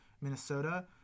minnesota